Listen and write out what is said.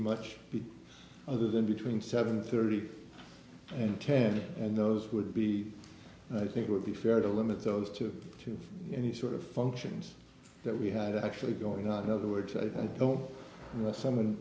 much other than between seven thirty and ten and those would be i think would be fair to limit those two to any sort of functions that we had actually going on in other words i don't unless someone